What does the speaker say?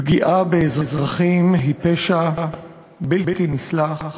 פגיעה באזרחים היא פשע בלתי נסלח.